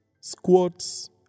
squats